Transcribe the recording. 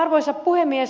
arvoisa puhemies